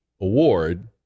award